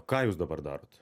ką jūs dabar darot